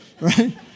right